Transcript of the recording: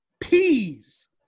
peas